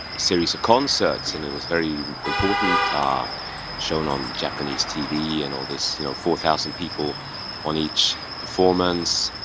series of concerts, and it was very important shown on japanese tv and all this, you know. four thousand people on each performance.